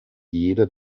jeder